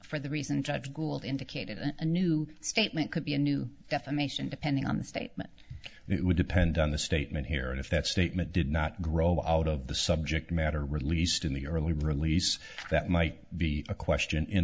for the reason judge gould indicated a new statement could be a new defamation depending on the statement it would depend on the statement here and if that statement did not grow out of the subject matter released in the early release that might be a question in